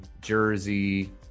Jersey